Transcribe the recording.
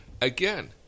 again